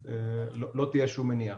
לא תהיה שום מניעה.